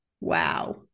Wow